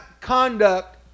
conduct